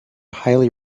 highly